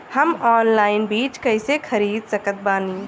हम ऑनलाइन बीज कइसे खरीद सकत बानी?